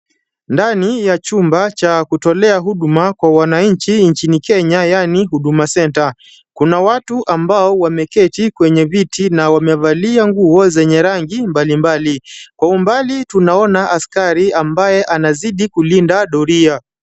Ndani ya chumba cha kutolea huduma ya nchini Kenya yaani huduma centre. Kuna watu ambao wameketi kwenye vitu na wamevalia nguo zenye rangi mbalimbali. Kwa umbali tunaona askari ambaye anazidi kulinda doria.